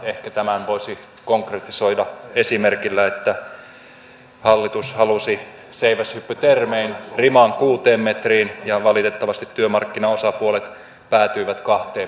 ehkä tämän voisi konkretisoida esimerkillä että hallitus halusi seiväshyppytermein riman kuuteen metriin ja valitettavasti työmarkkinaosapuolet päätyivät kahteen metriin